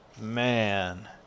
man